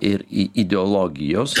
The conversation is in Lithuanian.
ir i ideologijos